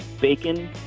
bacon